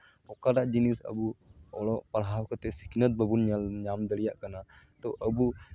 ᱚᱠᱟᱴᱟᱜ ᱡᱤᱱᱤᱥ ᱟᱵᱚ ᱚᱞᱚᱜ ᱯᱟᱲᱦᱟᱣ ᱠᱟᱛᱮᱫ ᱥᱤᱠᱷᱱᱟᱹᱛ ᱵᱟᱵᱚᱱ ᱧᱟᱢ ᱫᱟᱲᱮᱭᱟᱜ ᱠᱟᱱᱟ ᱛᱳ ᱟᱵᱚ